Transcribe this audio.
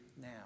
now